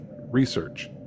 research